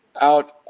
out